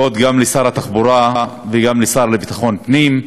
גם לשר התחבורה וגם לשר לביטחון פנים.